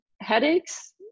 headaches